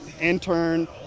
intern